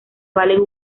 valen